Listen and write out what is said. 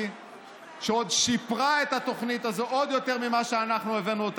והיא עוד שיפרה את התוכנית הזאת מעבר למה שאנחנו הבאנו.